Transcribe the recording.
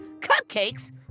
Cupcakes